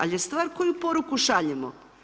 Ali je stvar koju poruku šaljemo.